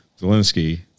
Zelensky